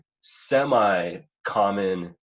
semi-common